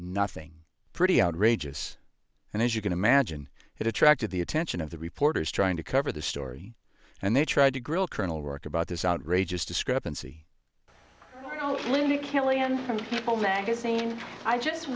nothing pretty outrageous and as you can imagine it attracted the attention of the reporters trying to cover the story and they tried to grill colonel rick about this outrageous discrepancy kilian from people magazine i just